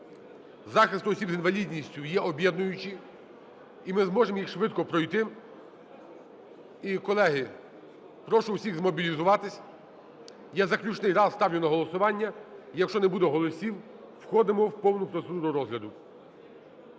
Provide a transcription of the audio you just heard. захисту осіб з інвалідністю є об'єднуючі і ми зможемо їх швидко пройти. І, колеги, прошу всіх змобілізуватись. Я заключний раз ставлю на голосування. Якщо не буде голосів – входимо в повну процедуру розгляду.